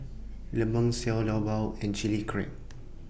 Lemang Xiao Long Bao and Chilli Crab